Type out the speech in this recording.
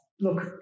Look